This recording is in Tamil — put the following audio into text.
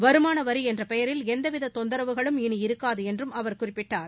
வருமான வரி என்ற பெயரில் எந்தவித தொந்தரவுகளும் இனி இருக்காது என்றும் அவர் குறிப்பிட்டார்